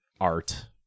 art